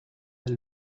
del